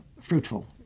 fruitful